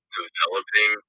developing –